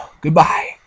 Goodbye